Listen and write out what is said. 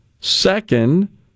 Second